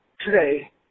today